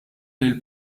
lill